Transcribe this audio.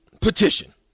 petition